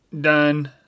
done